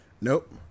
Nope